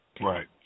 right